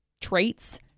traits